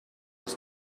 was